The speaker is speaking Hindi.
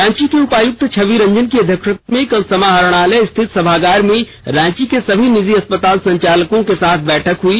रांची के उपायुक्त छवि रंजन की अध्यक्षता में कल समाहरणालय स्थित सभागार में रांची के सभी निजी अस्पताल संचालकों के साथ बैठक हुई